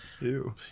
Ew